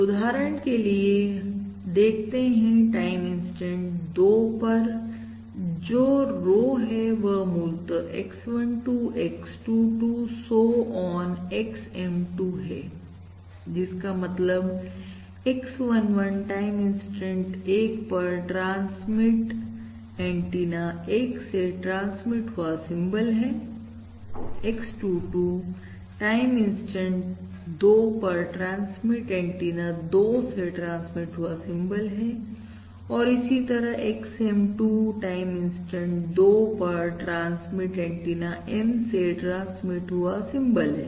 उदाहरण के लिए देखते हैं टाइम इंसटेंट 2 पर जो रो है वह मूलतः X12 X22 so on XM2 है जिसका मतलब X11 टाइम इंस्टेंट 1 पर ट्रांसमिट एंटीना 1 से ट्रांसमिट हुआ सिंबल है X22 टाइम इंस्टेंट 2 पर ट्रांसमिट एंटीना 2 से ट्रांसमिट हुआ सिंबल है और इसी तरह से XM2 टाइम इंस्टेंट 2 पर ट्रांसमिट एंटीना M से ट्रांसमिट हुआ सिंबल है